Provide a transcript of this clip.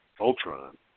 Ultron